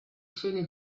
scene